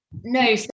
No